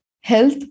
health